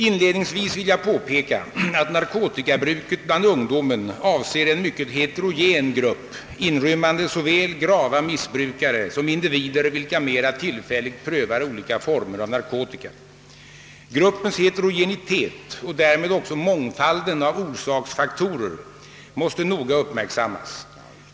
Inledningsvis vill jag påpeka, att narkotikabruket bland ungdomen avser en mycket heterogen grupp inrymmande såväl grava missbrukare som individer vilka mera tillfälligt prövar olika former av narkotika. Gruppens heterogenitet och därmed också mångfalden av orsaksfaktorer måste noga uppmärksammas.